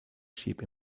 sheep